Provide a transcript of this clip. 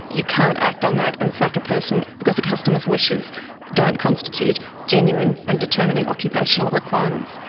you can't act on that and sack a person, because a customer's wishes don't constitute genuine and determining occupational requirements.